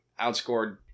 outscored